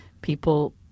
people